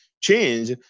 change